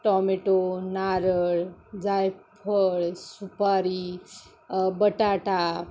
tomato नारळ जायफळ सुपारी बटाटा